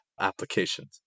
applications